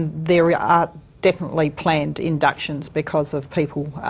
there are definitely planned inductions because of people